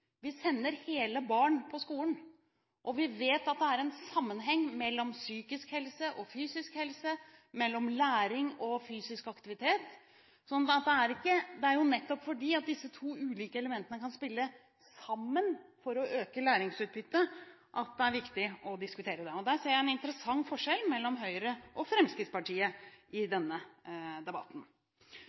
vi sender hjernen alene på skolen, vi sender hele barn på skolen. Vi vet at det er en sammenheng mellom psykisk helse og fysisk helse, mellom læring og fysisk aktivitet. Det er nettopp fordi disse to ulike elementene kan spille sammen for å øke læringsutbyttet, at det er viktig å diskutere det. Der ser jeg en interessant forskjell mellom Høyre og Fremskrittspartiet i denne debatten.